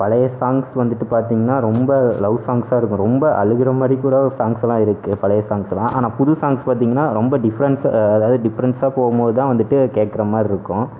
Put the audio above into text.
பழைய சாங்க்ஸ் வந்துட்டு பார்த்தீங்கனா ரொம்ப லவ் சாங்க்ஸாக இருக்கும் ரொம்ப அழுகுற மாதிரிகூட சாங்க்ஸெல்லாம் இருக்குது பழைய சாங்க்ஸெல்லாம் ஆனால் புது சாங்க்ஸ் பார்த்தீங்னா ரொம்ப டிஃப்ரன்ஸ் அதாவது டிஃப்ரன்ஸாக போகும்போதுதான் வந்துட்டு கேட்குற மாதிரி இருக்கும்